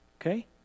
okay